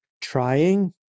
trying